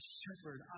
shepherd